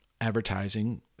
advertising